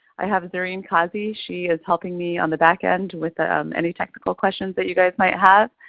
i have zerreen kazi, she is helping me on the back end with ah um any technical questions that you guys might have.